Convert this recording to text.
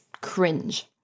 cringe